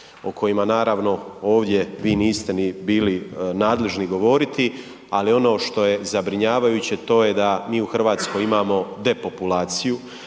o kojima naravno ovdje vi niste ni bili nadležni govoriti, ali ono što je zabrinjavajuće to je da mi u Hrvatskoj imamo depopulaciju,